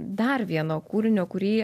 dar vieno kūrinio kurį